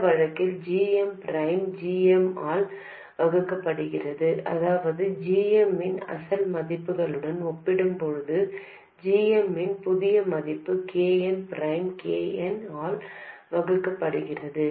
இந்த வழக்கில் g m prime g m ஆல் வகுக்கப்படுகிறது அதாவது g m இன் அசல் மதிப்புடன் ஒப்பிடும்போது g m இன் புதிய மதிப்பு K n prime K n ஆல் வகுக்கப்படும்